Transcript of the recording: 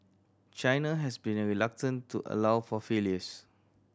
China has been reluctant to allow for failures